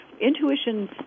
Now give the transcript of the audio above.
intuition